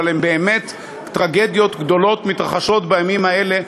אבל באמת טרגדיות גדולות מתרחשות בימים האלה,